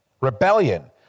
rebellion